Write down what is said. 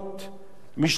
משטרה במקום.